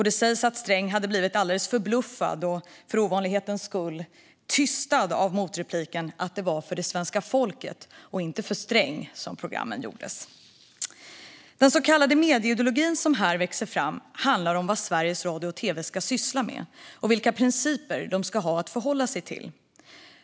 Det sägs att Sträng hade blivit alldeles förbluffad och, för ovanlighetens skull, tystad av motrepliken att det var för det svenska folket, och inte för Sträng, som programmen gjordes. Den så kallade medieideologin som här växer fram handlar om vad Sveriges radio och tv ska syssla med och vilka principer de ska förhålla sig till.